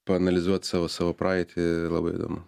paanalizuot savo savo praeitį labai įdomu